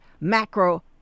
macro